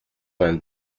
vingt